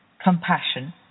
compassion